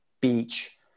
beach